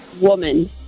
woman